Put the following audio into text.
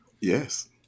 Yes